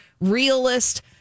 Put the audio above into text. realist